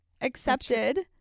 accepted